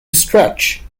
stretch